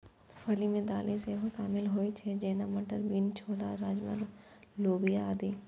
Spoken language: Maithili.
फली मे दालि सेहो शामिल होइ छै, जेना, मटर, बीन्स, छोला, राजमा, लोबिया आदि